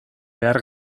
behar